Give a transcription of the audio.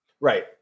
Right